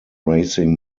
racing